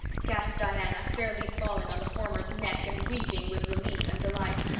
gasped diana, fairly falling on the former's neck and weeping with relief and delight,